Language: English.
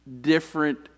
different